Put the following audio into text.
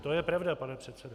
To je pravda, pane předsedo.